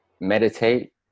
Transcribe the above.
meditate